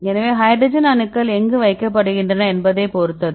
எனவே ஹைட்ரஜன் அணுக்கள் எங்கு வைக்கப்படுகின்றன என்பதைப் பொறுத்தது